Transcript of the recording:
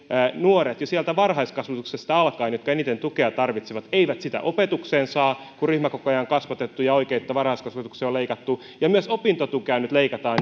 nuoret jo sieltä varhaiskasvatuksesta alkaen jotka eniten tukea tarvitsevat eivät sitä opetukseen saa kun ryhmäkokoja on kasvatettu ja oikeutta varhaiskasvatukseen on leikattu ja myös opintotukea nyt leikataan